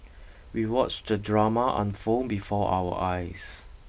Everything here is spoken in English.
we watched the drama unfold before our eyes